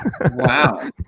Wow